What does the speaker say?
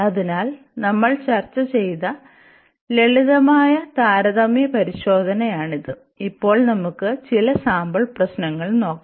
അതിനാൽ നമ്മൾ ചർച്ച ചെയ്ത ലളിതമായ താരതമ്യ പരിശോധനയാണിത് ഇപ്പോൾ നമുക്കു ചില സാമ്പിൾ പ്രശ്നങ്ങൾ നോകാം